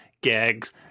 gags